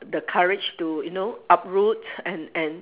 the courage to you know uproot and and